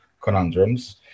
conundrums